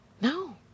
no